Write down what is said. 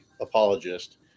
apologist